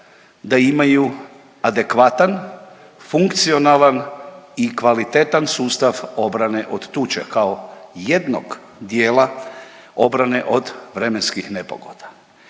da imaju adekvatan, funkcionalan i kvalitetan sustav obrane od tuče kao jednog dijela obrane od vremenskih nepogoda.